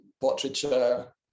portraiture